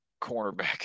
cornerback